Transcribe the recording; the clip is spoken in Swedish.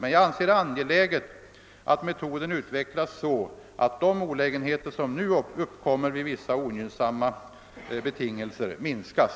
Men jag anser det angeläget att metoden utvecklas så att de olägenheter som nu uppkommer vid vissa ogynnsamma betingelser minskas.